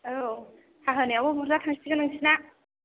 औ हाहोनायावबो बुरजा थांसिगोन नोंसिना